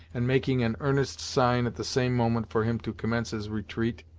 and making an earnest sign at the same moment for him to commence his retreat.